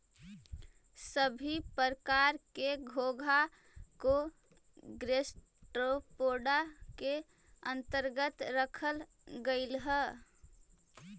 सभी प्रकार के घोंघा को गैस्ट्रोपोडा के अन्तर्गत रखल गेलई हे